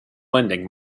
lending